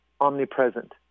omnipresent